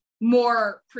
more